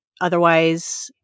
otherwise